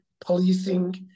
policing